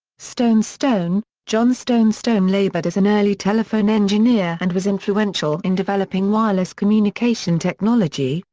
stone stone john stone stone labored as an early telephone engineer and was influential in developing wireless communication technology,